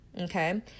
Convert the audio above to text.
Okay